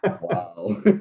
Wow